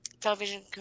television